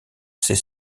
ses